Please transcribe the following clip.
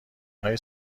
های